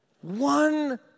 One